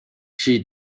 she